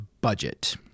budget